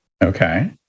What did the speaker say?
Okay